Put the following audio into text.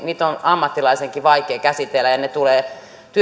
niitä tapahtumia on ammattilaisenkin vaikea käsitellä ja ne